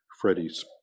Freddie's